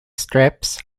strips